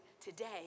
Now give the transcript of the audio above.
today